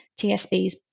TSBs